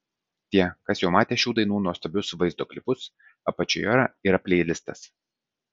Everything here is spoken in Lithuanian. tie kas jau matė šių dainų nuostabius vaizdo klipus apačioje yra pleilistas